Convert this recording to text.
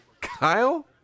Kyle